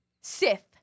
Sith